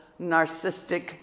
narcissistic